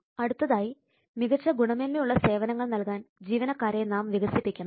അടുത്തതായി മികച്ച ഗുണമേന്മയുള്ള സേവനങ്ങൾ നൽകാൻ ജീവനക്കാരെ നാം വികസിപ്പിക്കണം